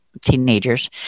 teenagers